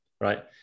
Right